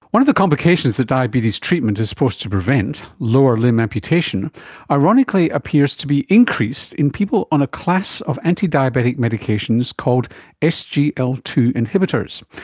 one of the complications that diabetes treatment is supposed to prevent lower limb amputation ironically appears to be increased in people on a class of antidiabetic medications called s g l t two inhibitors.